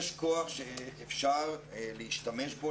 יש כוח שאפשר להשתמש בו,